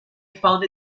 found